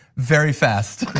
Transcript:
very fast.